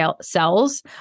cells